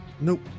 nope